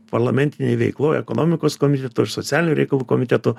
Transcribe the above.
parlamentinėj veikloj ekonomikos komiteto ir socialinių reikalų komiteto